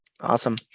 Awesome